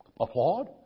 applaud